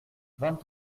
vingt